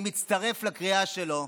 אני מצטרף לקריאה שלו,